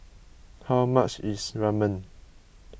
how much is Ramen